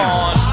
on